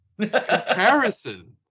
comparison